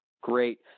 great